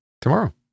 tomorrow